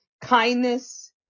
kindness